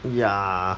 ya